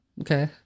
Okay